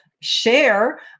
share